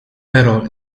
però